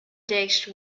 dish